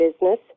business